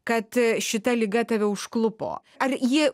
kad šita liga tave užklupo ar ji